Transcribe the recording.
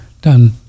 done